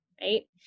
right